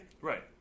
Right